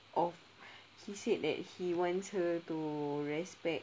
oh he said that he wants her to respect